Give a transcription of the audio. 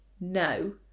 no